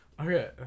Okay